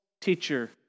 teacher